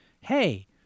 hey